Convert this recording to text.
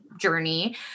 journey